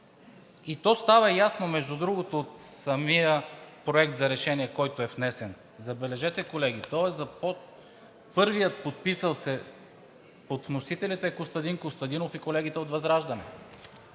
А то става ясно, между другото, от самия проект за решение, който е внесен – забележете, колеги, първият подписал се под вносителите е Костадин Костадинов и колегите от ВЪЗРАЖДАНЕ,